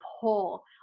pull